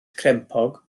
crempog